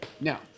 Now